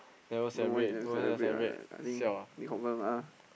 know why he never celebrate ah I think he confirm ah